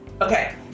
Okay